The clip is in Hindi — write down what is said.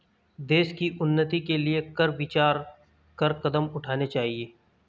देश की उन्नति के लिए कर विचार कर कदम उठाने चाहिए